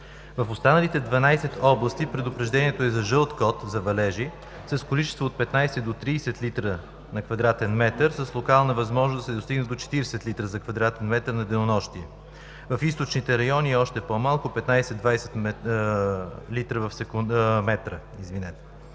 В останалите 12 области предупреждението е за жълт код за валежи с количество от 15 до 30 литра на квадратен метър, с локална възможност да се достигне до 40 литра за квадратен метър на денонощие. В източните райони е още по-малко – 15-20 литра, с